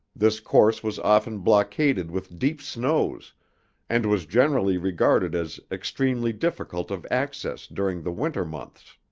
this course was often blockaded with deep snows and was generally regarded as extremely difficult of access during the winter months.